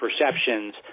perceptions